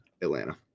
Atlanta